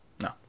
No